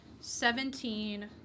seventeen